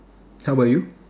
how about you